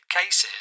cases